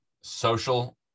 social